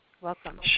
Welcome